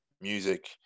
music